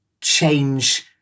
change